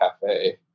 cafe